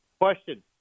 Question